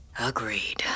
Agreed